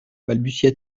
balbutia